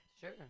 Sure